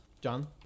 John